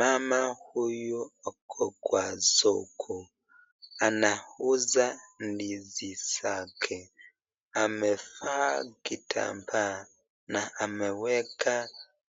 Mama huyu ako Kwa soko , anauza ndizi zake amefaa kitamba na ameweka na ameweka